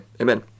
Amen